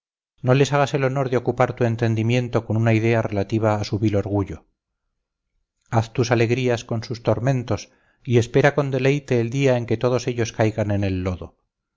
no les hagas el honor de ocupar tu entendimiento con una idea relativa a su vil orgullo haz tus alegrías con sus tormentos y espera con deleite el día en que todos ellos caigan en el lodo